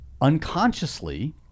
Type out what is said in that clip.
Unconsciously